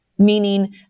Meaning